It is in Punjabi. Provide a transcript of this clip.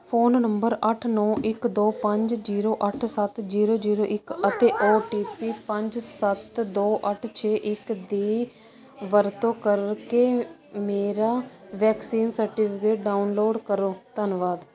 ਫ਼ੋਨ ਨੰਬਰ ਅੱਠ ਨੌਂ ਇੱਕ ਦੋ ਪੰਜ ਜੀਰੋ ਅੱਠ ਸੱਤ ਜੀਰੋ ਜੀਰੋ ਇੱਕ ਅਤੇ ਓ ਟੀ ਪੀ ਪੰਜ ਸੱਤ ਦੋ ਅੱਠ ਛੇ ਇੱਕ ਦੀ ਵਰਤੋਂ ਕਰਕੇ ਮੇਰਾ ਵੈਕਸੀਨ ਸਰਟੀਫਿਕੇਟ ਡਾਊਨਲੋਡ ਕਰੋ ਧੰਨਵਾਦ